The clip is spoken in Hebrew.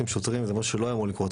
זה משהו שלא היה אמור לקרות,